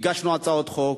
הגשנו הצעות חוק.